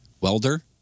welder